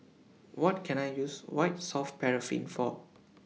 What Can I use White Soft Paraffin For